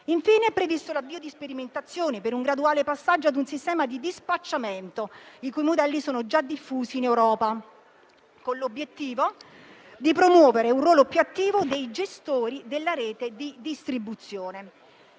Infine, è previsto l'avvio di sperimentazioni per un graduale passaggio a un sistema di dispacciamento i cui modelli sono già diffusi in Europa, con l'obiettivo di promuovere un ruolo più attivo dei gestori della rete di distribuzione.